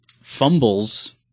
fumbles